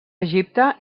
egipte